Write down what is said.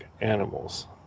animals